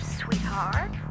sweetheart